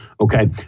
Okay